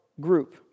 group